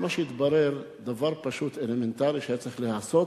מה שהתברר, דבר פשוט, אלמנטרי, שהיה צריך להיעשות,